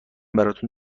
براتون